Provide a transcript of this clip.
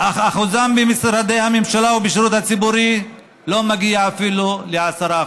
אך אחוזם במשרדי הממשלה ובשירות הציבורי לא מגיע אפילו ל-10%.